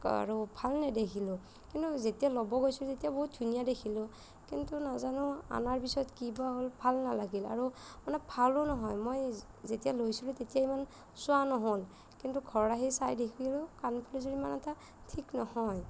আৰু ভাল নেদেখিলোঁ কিন্তু যেতিয়া ল'ব গৈছোঁ তেতিয়া ধুনীয়া দেখোলোঁ কিন্তু নাজানো অনাৰ পিছত কি বা হ'ল ভাল নালাগিল আৰু ভালো নহয় মই যেতিয়া লৈছিলোঁ তেতিয়া ইমান চোৱা নহ'ল কিন্তু ঘৰ আহি চাই দেখিলোঁ কাণফুলিযোৰ ইমান এটা ঠিক নহয়